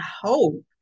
hope